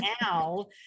now